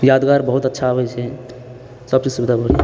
यादगार बहुत अच्छा होइत छै सब चीज सुविधा बढ़ियाँ छै